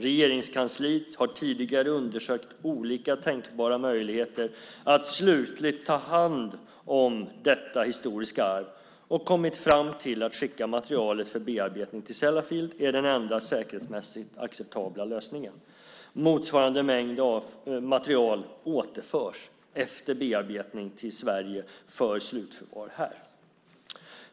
Regeringskansliet har tidigare undersökt olika tänkbara möjligheter att slutligt ta om hand detta historiska arv och kommit fram till att den enda säkerhetsmässigt acceptabla lösningen är att skicka materialet för bearbetning till Sellafield. Motsvarande mängd material återförs efter bearbetning till Sverige för slutförvar här.